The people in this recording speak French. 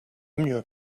mieux